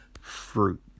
fruit